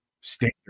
standard